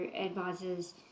advisors